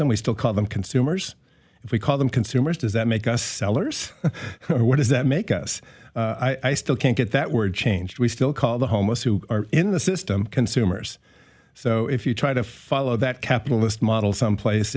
them we still call them consumers if we call them consumers does that make us sellers or what does that make us i still can't get that word changed we still call the homeless who are in the system consumers so if you try to follow that capitalist model someplace